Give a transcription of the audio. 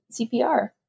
CPR